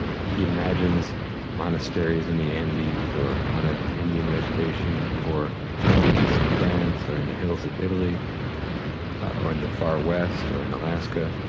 he imagines monasteries in the andes or on an indian reservation or hermitages in france or in the hills of italy or in the far west or in alaska,